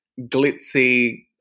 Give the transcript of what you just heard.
glitzy